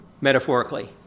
metaphorically